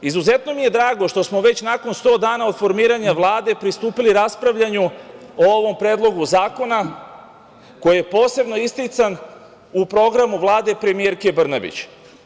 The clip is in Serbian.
Izuzetno mi je drago što smo već nakon 100 dana od formiranja Vlade pristupili raspravljanju o ovom Predlogu zakona koji je posebno istican u programu Vlade premijerke Brnabić.